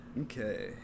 Okay